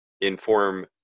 inform